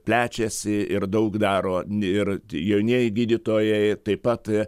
plečiasi ir daug daro ir jaunieji gydytojai taip pat